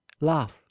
laugh